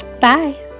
Bye